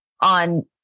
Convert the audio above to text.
on